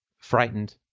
frightened